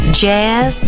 jazz